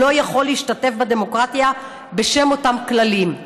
לא יכול להשתתף בדמוקרטיה בשם אותם כללים".